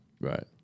Right